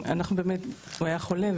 הוא היה חולה,